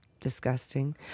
Disgusting